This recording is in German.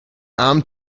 armen